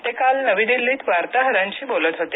ते काल नवी दिल्लीत वार्ताहरांशी बोलत होते